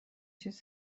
چیز